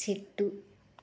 చెట్టు